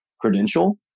credential